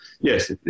yes